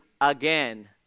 again